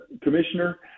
commissioner